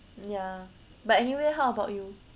ya but anyway how about you